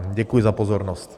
Děkuji za pozornost.